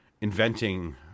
inventing